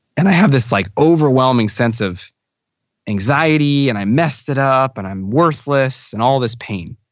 and i have this like overwhelming sense of anxiety, and i messed it up, and i'm worthless and all this pain.